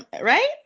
Right